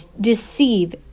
deceive